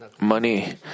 money